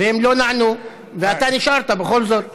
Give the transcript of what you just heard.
והם לא נענו, ואתה נשארת בכל זאת.